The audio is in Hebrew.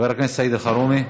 חבר הכנסת סעיד אלחרומי,